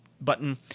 button